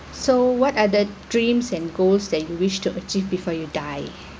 so what are the dreams and goals that you wish to achieve before you die